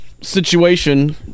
Situation